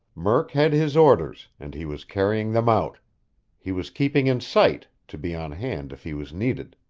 murk had his orders, and he was carrying them out he was keeping in sight, to be on hand if he was needed.